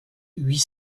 huit